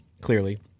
clearly